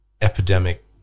epidemic